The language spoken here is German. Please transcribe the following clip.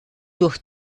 durch